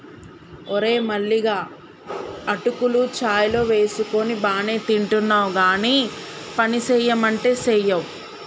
ఓరే మల్లిగా అటుకులు చాయ్ లో వేసుకొని బానే తింటున్నావ్ గానీ పనిసెయ్యమంటే సెయ్యవ్